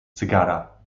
cygara